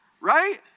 right